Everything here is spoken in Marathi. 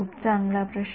खूप चांगला प्रश्न